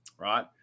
Right